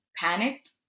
panicked